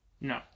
No